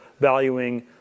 valuing